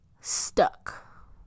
stuck